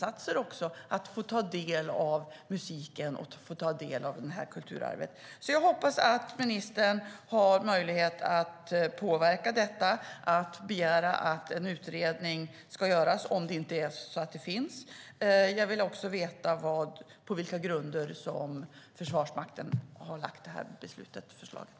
Att få ta del av musiken och detta kulturarv är också hälsofrämjande insatser. Jag hoppas att ministern har möjlighet att påverka detta och att begära att en utredning görs, om det inte är så att den redan finns. Jag vill också veta på vilka grunder Försvarsmakten har lagt förslaget.